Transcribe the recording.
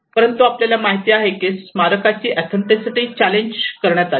परंतु आपल्याला माहिती आहे की स्मारकाची ऑथेन्टीसिटी चाललेंज करण्यात आली